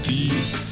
Peace